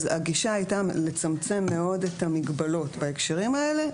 אז הגישה הייתה לצמצם מאוד את המגבלות בהקשרים האלה.